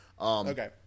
Okay